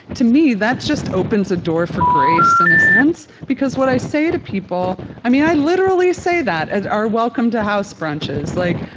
to me that just opens a door for grace in a sense. because what i say to people, i mean, i literally say that as our welcome to house brunches like,